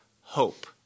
hope